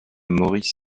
maurice